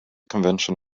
convention